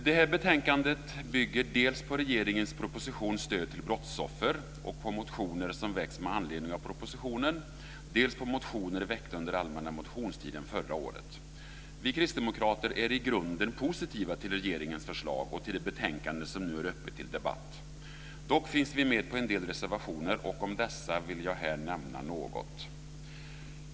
Det här betänkandet bygger dels på regeringens proposition Stöd till brottsoffer och motioner som väckts med anledning av propositionen, dels på motioner väckta under allmänna motionstiden förra året. Vi kristdemokrater är i grunden positiva till regeringens förslag och till det betänkande som nu är uppe till debatt. Dock finns vi med på en del reservationer, och om dessa vill jag här nämna något.